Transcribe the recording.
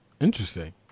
interesting